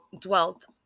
dwelt